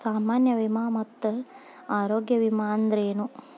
ಸಾಮಾನ್ಯ ವಿಮಾ ಮತ್ತ ಆರೋಗ್ಯ ವಿಮಾ ಅಂದ್ರೇನು?